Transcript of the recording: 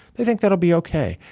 they think that'll be ok.